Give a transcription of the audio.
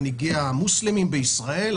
מנהיגי המוסלמים בישראל,